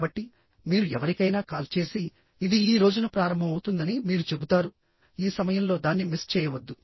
కాబట్టి మీరు ఎవరికైనా కాల్ చేసి ఇది ఈ రోజున ప్రారంభమవుతుందని మీరు చెబుతారు ఈ సమయంలో దాన్ని మిస్ చేయవద్దు